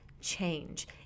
change